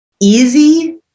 easy